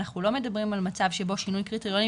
אנחנו לא מדברים על מצב שבו שינוי קריטריונים,